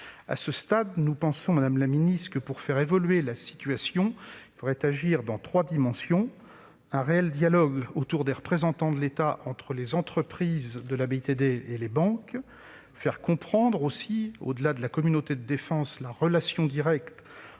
à ce stade, madame la ministre, que pour faire évoluer la situation, il faudrait agir dans trois dimensions : établir un réel dialogue autour des représentants de l'État, entre les entreprises de la BITD et les banques ; faire comprendre, au-delà de la communauté de défense, la relation directe